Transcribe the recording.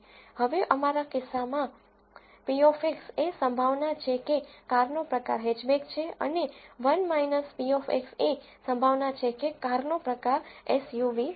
હવે અમારા કિસ્સામાં p એ પ્રોબેબ્લીટી છે કે કારનો પ્રકાર હેચબેક છે અને 1 p એ પ્રોબેબ્લીટી છે કે કારનો પ્રકાર એસયુવી છે